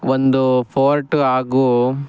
ಒಂದು ಫೋರ್ಟ್ ಹಾಗೂ